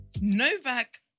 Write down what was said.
Novak